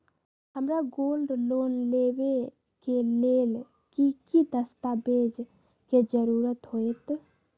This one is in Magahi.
हमरा गोल्ड लोन लेबे के लेल कि कि दस्ताबेज के जरूरत होयेत?